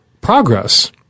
progress